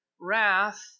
wrath